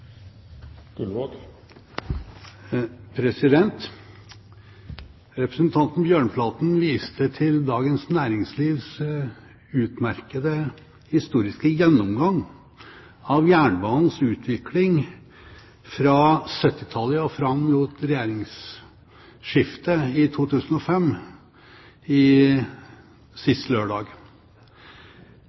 Representanten Bjørnflaten viste til Dagens Næringslivs utmerkede historiske gjennomgang sist lørdag av jernbanens utvikling fra 1970-tallet og fram mot regjeringsskiftet i 2005.